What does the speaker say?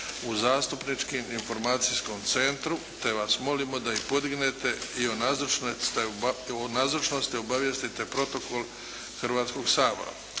u zastupničkim informacijskom centru te vas molimo da ih podignete i o nazočnosti obavijestite protokol Hrvatskog sabora.